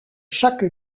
chaque